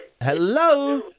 Hello